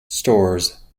stores